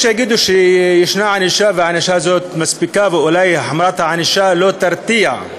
יש שיגידו שיש ענישה והענישה הזאת מספיקה ואולי החמרת הענישה לא תרתיע,